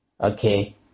Okay